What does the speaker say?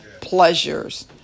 pleasures